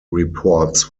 reports